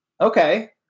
Okay